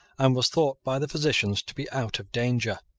and was thought by the physicians to be out of danger.